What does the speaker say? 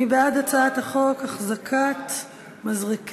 מי בעד הצעת חוק החזקת מזרקי,